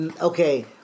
okay